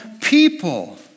people